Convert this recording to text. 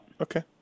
Okay